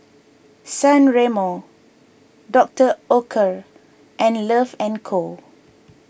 San Remo Doctor Oetker and Love and Co